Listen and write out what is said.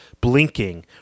blinking